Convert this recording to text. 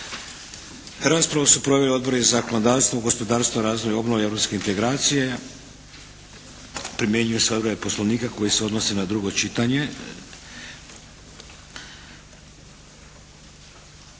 Raspravu su proveli Odbori za zakonodavstvo, gospodarstvo, razvoj i obnovu i europske integracije. Primjenjuju se odredbe Poslovnika koje se odnose na drugo čitanje.